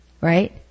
right